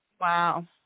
Wow